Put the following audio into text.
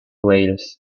wales